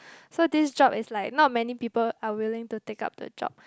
so this job is like not many people are willing to take up the job